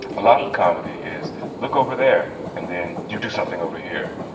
a lot of comedy is look over there and then you do something over here.